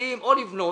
מציעים או לבנות